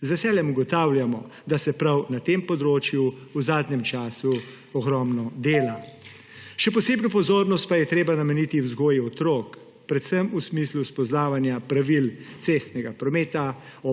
Z veseljem ugotavljamo, da se prav na tem področju v zadnjem času ogromno dela. Še posebno pozornost pa je treba nameniti vzgoji otrok predvsem v smislu spoznavanja pravil cestnega prometa,